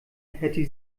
hätte